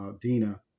Dina